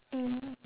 mm